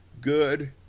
good